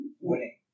Winning